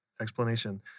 explanation